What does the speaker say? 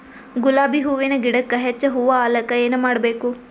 ಗುಲಾಬಿ ಹೂವಿನ ಗಿಡಕ್ಕ ಹೆಚ್ಚ ಹೂವಾ ಆಲಕ ಏನ ಮಾಡಬೇಕು?